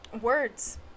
words